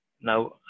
now